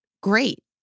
great